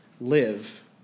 live